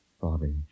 Bobby